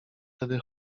tedy